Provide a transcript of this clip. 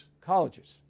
colleges